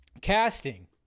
casting